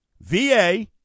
VA